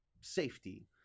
safety